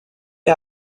est